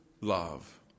love